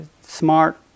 smart